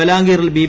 ബലാംഗീറിൽ B